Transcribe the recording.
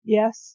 Yes